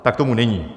Tak tomu není.